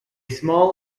small